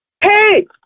Hey